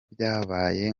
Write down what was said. byabaye